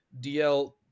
dl